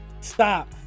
Stop